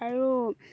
আৰু